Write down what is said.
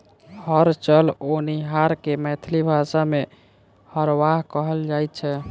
हर चलओनिहार के मैथिली भाषा मे हरवाह कहल जाइत छै